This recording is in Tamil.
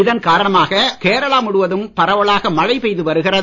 இதன் காரணமாக கேரளா முழுவதும் பரவலாக மழை பெய்து வருகிறது